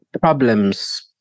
problems